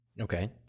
Okay